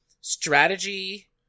strategy